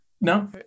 No